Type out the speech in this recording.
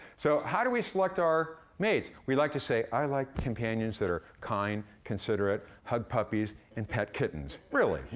so, how do we select our mates? we like to say, i like companions that are kind, considerate, hug puppies and pet kittens. really?